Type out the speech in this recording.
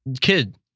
kid